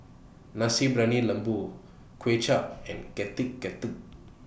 Nasi Briyani Lembu Kuay Chap and Getuk Getuk